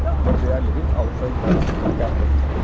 but they are living outside the campus.